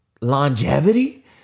Longevity